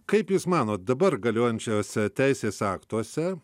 kaip jūs manot dabar galiojančiuose teisės aktuose